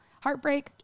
heartbreak